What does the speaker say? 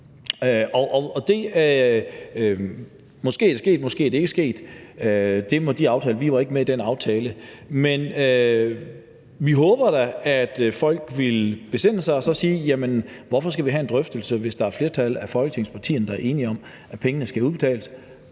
Måske er det sket, og måske er det ikke sket; vi var ikke med i den aftale. Men vi håber da, at folk vil besinde sig og så spørge: Hvorfor skal vi have en drøftelse, hvis der er et flertal af Folketingets partier, der er enige om, at pengene skal udbetales,